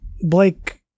Blake